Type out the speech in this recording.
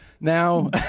Now